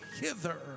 hither